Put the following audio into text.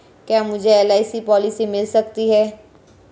क्या मुझे LIC policy मिल सकती है?